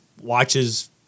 watches